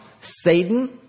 Satan